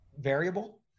variable